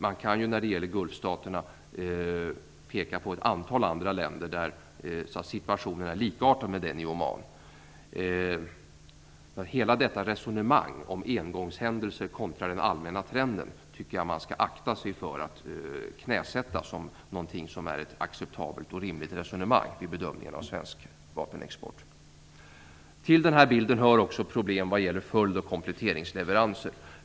Man kan när det gäller Gulfstaterna peka på ett antal andra länder där situationen är likartad med den i Oman. Jag tycker att man skall akta sig för att knäsatta hela detta resonemang om engångshändelser kontra den allmänna trenden som någonting som är ett acceptabelt och rimligt resonemang vid bedömningen av svensk vapenexport. Till bilden hör också problem vad gäller följd och kompletteringsleveranser.